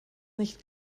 nicht